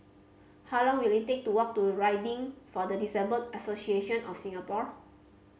how long will it take to walk to Riding for the Disabled Association of Singapore